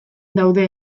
daude